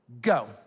Go